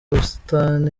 ubusitani